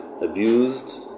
abused